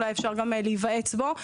אולי אפשר להיוועץ בו.